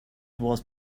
was